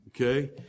Okay